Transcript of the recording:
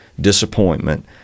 disappointment